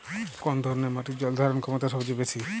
কোন ধরণের মাটির জল ধারণ ক্ষমতা সবচেয়ে বেশি?